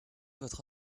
votre